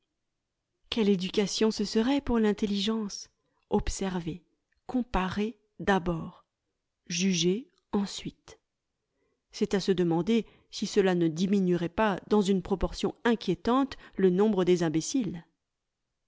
quelle éducation ce serait pour l'intelligence observer comparer d'abord juger ensuite c'est à se demander si cela ne diminuerait pas dans une proportion inquiétante le nombre des imbéciles